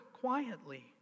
quietly